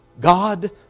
God